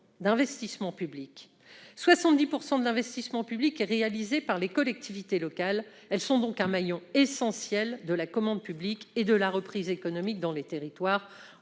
d'investissement public : 70 % de l'investissement public est réalisé par les collectivités locales. Ces dernières sont donc un maillon essentiel de la commande publique et de la reprise économique dans les territoires,